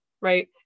right